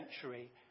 century